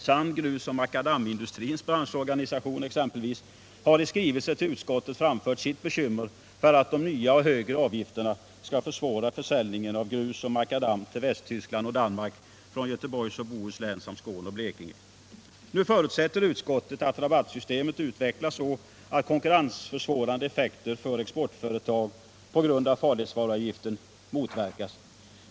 Sand-, grusoch makadamindustrins branschorganisation exempelvis har i skrivelse till utskottet framfört sitt bekymmer för att de nya och högre avgifterna skall försvåra försäljningen av grus och makadam till Väst tyskland och Danmark från Göteborgs och Bohus län samt Skåne och Nr 53 Blekinge. Nu förutsätter utskottet att rabattsystemet utvecklas så att kon Torsdagen den kurrensförsvårande effekter för exportföretag på grund av farledsvaru 15 december 1977 avgiften motverkas.